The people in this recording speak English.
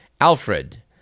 Alfred